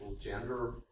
gender